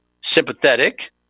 sympathetic